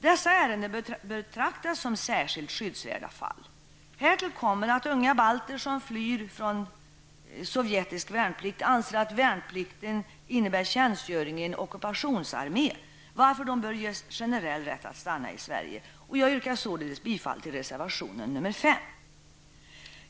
Dessa ärenden bör betraktas som särskilt skyddsvärda fall. Härtill kommer att unga balter som flyr från sovjetisk värnplikt anser att värnplikten innebär tjänstgöring i en ockupationsarmé, varför de bör ges generell rätt att stanna i Sverige. Jag yrkar bifall till reservation 5.